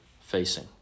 facing